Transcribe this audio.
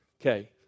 Okay